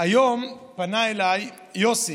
היום פנה אליי יוסי.